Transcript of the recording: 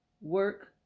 work